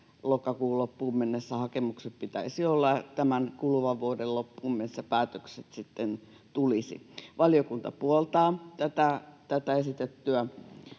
lokakuun loppuun mennessä hakemusten pitäisi olla ja tämän kuluvan vuoden loppuun mennessä päätökset sitten tulisivat. Valiokunta puoltaa tätä esitettyä